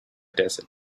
desert